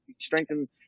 strengthen